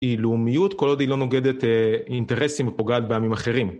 היא לאומיות כל עוד היא לא נוגדת אינטרסים או פוגעת בעמים אחרים